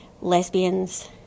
lesbians